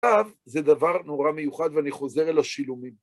עכשיו זה דבר נורא מיוחד, ואני חוזר אל השילומים.